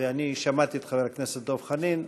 אני שמעתי את חבר הכנסת דב חנין.